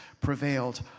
prevailed